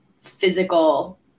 physical